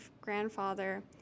grandfather